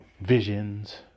visions